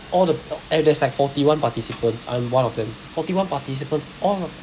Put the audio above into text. all the and there's like forty one participants I'm one of them forty one participants all